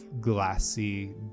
glassy